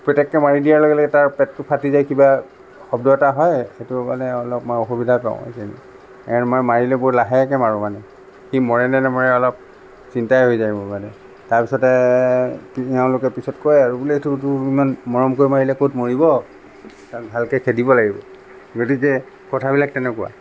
পেটেককে মাৰি দিয়াৰ লগে লগে তাৰ পেটটো ফাটি যায় কিবা শব্দ এটা হয় সেইটো মানে অলপ মই অসুবিধা পাওঁ সেই কাৰণে মই মাৰিলে বৰ লাহেকে মাৰোঁ মানে সি মৰে নে নমৰে অলপ চিন্তাই হৈ যায় মোৰ মানে তাৰপিছতে এওঁলোকে পিছত কয় আৰু বোলে এইটোতো ইমান মৰমকৈ মাৰিলে ক'ত মৰিব তাক ভালকে খেদিব লাগিব গতিকে কথাবিলাক তেনেকুৱা